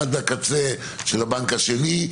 עד הקצה של הבנק השני,